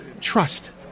trust